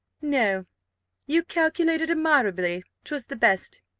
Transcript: no you calculated admirably twas the best,